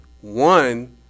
One